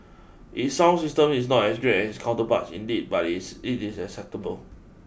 its sound system is not as great as its counterparts indeed but is it is acceptable